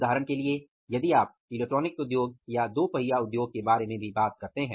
उदाहरण के लिए यदि आप इलेक्ट्रॉनिक्स उद्योग या दो पहिया उद्योग के बारे में भी बात करते हैं